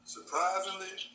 Surprisingly